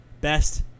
best